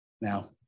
Now